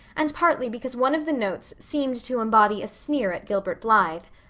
and partly because one of the notes seemed to embody a sneer at gilbert blythe.